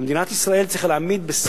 ומדינת ישראל צריכה להעמיד במקום הראשון